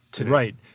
Right